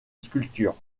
sculpture